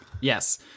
Yes